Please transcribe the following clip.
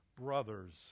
brothers